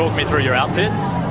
me through your outfits?